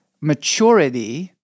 maturity